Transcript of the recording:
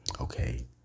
okay